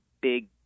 big